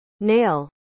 Nail